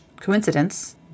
coincidence